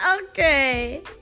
okay